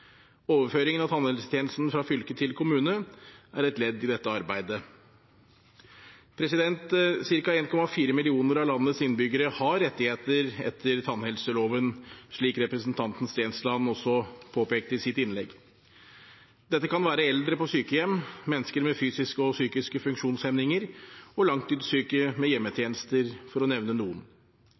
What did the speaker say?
Overføringen av tannhelsetjenesten fra fylke til kommune er et ledd i dette arbeidet. Cirka 1,4 millioner av landets innbyggere har rettigheter etter tannhelseloven, slik representanten Stensland også påpekte i sitt innlegg. Dette kan være eldre på sykehjem, mennesker med fysiske og psykiske funksjonshemninger og langtidssyke med hjemmetjenester, for å nevne noen.